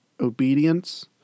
obedience